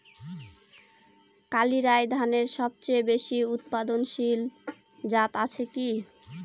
কালিরাই ধানের সবচেয়ে বেশি উৎপাদনশীল জাত আছে কি?